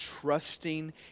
trusting